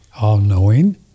all-knowing